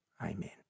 Amen